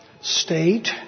state